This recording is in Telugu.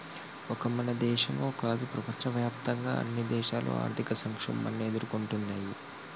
ఒక మన దేశమో కాదు ప్రపంచవ్యాప్తంగా అన్ని దేశాలు ఆర్థిక సంక్షోభాన్ని ఎదుర్కొంటున్నయ్యి